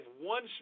one